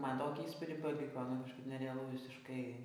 man tokį įspūdį paliko nu kažkaip nerealu visiškai